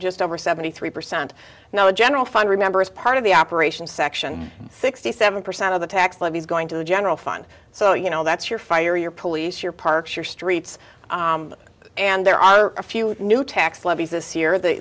just over seventy three percent now the general fund remember is part of the operations section sixty seven percent of the tax levies going to the general fund so you know that's your fire your police your parks your streets and there are a few new tax levies this year the